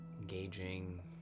engaging